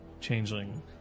changeling